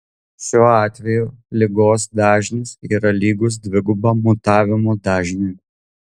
šiuo atveju ligos dažnis yra lygus dvigubam mutavimo dažniui